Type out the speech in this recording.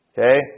Okay